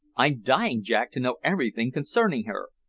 i'm dying, jack, to know everything concerning her.